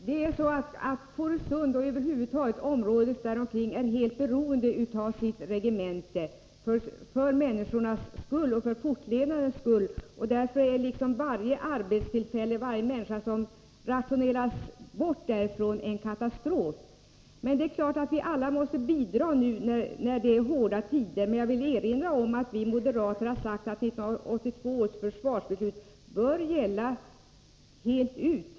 Herr talman! Människorna i Fårösund och området däromkring är för sin fortlevnad helt beroende av sitt regemente. Därför innebär varje arbetstillfälle som rationaliseras bort därifrån en katastrof. Det är klart att vi alla måste bidra nu när det är hårda tider, men jag vill erinra om att vi moderater har sagt att 1982 års försvarsbeslut bör gälla fullt ut.